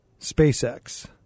SpaceX